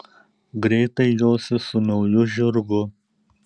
greitai josi su nauju žirgu